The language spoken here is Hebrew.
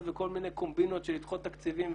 וכל מיני קומבינות של לדחות תקציבים,